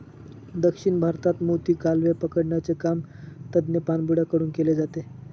दक्षिण भारतात मोती, कालवे पकडण्याचे काम तज्ञ पाणबुड्या कडून केले जाते